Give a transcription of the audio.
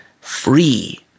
free